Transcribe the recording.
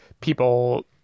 people